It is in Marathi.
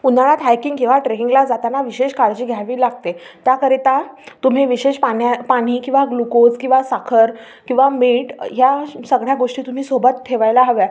उन्हाळ्यात हायकिंग किंवा ट्रेकिंगला जाताना विशेष काळजी घ्यावी लागते त्याकरिता तुम्ही विशेष पाण्या पाणी किंवा ग्लूकोज किंवा साखर किंवा मीठ ह्या श् सगळ्या गोष्टी तुम्ही सोबत ठेवायला हव्या